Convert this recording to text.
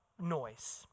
noise